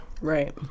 Right